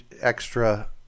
extra